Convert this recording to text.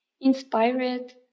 inspired